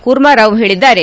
ಕೂರ್ಮಾರಾವ್ ಹೇಳಿದ್ದಾರೆ